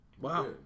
Wow